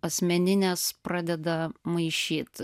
asmeninės pradeda maišyt